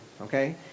okay